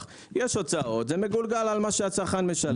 ואם יש הוצאות זה מגולגל על מה שהצרכן משלם